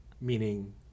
meaning